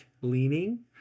leaning